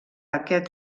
aquest